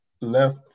left